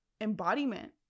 embodiment